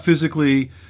physically